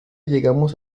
llegamos